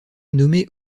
nommé